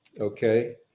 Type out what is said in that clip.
okay